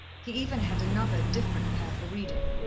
he even had another, different, pair for reading,